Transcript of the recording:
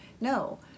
No